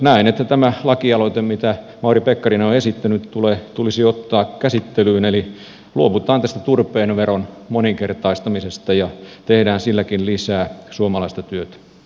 näen että tämä lakialoite jota mauri pekkarinen on esittänyt tulisi ottaa käsittelyyn eli luovutaan tästä turpeen veron moninkertaistamisesta ja tehdään silläkin lisää suomalaista työtä